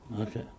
Okay